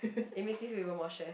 it makes you feel even more stressed